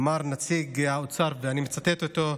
אמר נציג האוצר, ואני מצטט אותו: